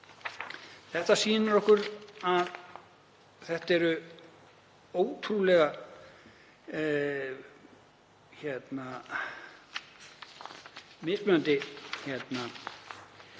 Þetta sýnir okkur að það eru ótrúlega mismunandi